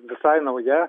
visai nauja